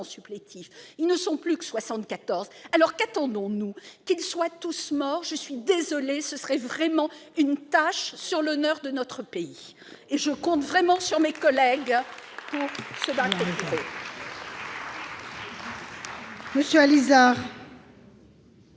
supplétifs. Ils ne sont plus que 74. Alors, qu'attendons-nous ? Qu'ils soient tous morts ? Ce serait vraiment une tache sur l'honneur de notre pays, et je compte vraiment sur mes collègues pour se battre